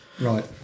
Right